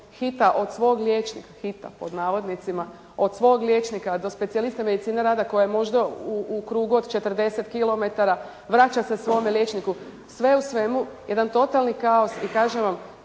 on sa slomljenom nogom "hita" od svog liječnika do specijalista medicine rada koji je možda u krugu od 40 kilometara, vraća se svome liječniku. Sve u svemu, jedan totalni kaos i kažem vam,